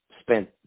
spent